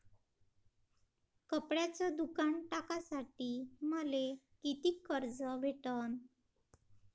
कपड्याचं दुकान टाकासाठी मले कितीक कर्ज भेटन?